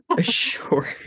sure